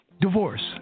Divorce